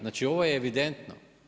Znači ovo je evidentno.